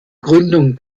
gründung